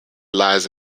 lies